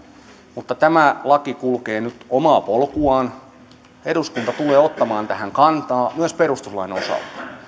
mutta tämä laki kulkee nyt omaa polkuaan eduskunta tulee ottamaan tähän kantaa myös perustuslain osalta